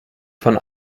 von